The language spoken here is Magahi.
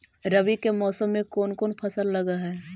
रवि के मौसम में कोन कोन फसल लग है?